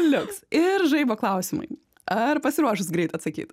liuks ir žaibo klausimai ar pasiruošus greit atsakyt